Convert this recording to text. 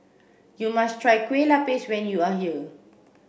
you must try Kueh Lapis when you are here